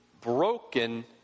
broken